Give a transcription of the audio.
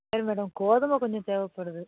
சரி மேடம் கோதுமை கொஞ்சம் தேவைப்படுது